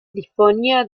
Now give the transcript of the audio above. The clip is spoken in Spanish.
disponía